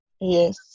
Yes